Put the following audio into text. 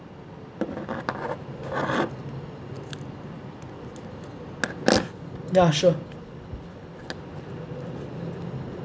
ya sure